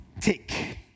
take